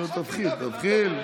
תתחיל.